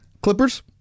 Clippers